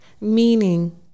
meaning